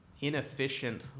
inefficient